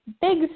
big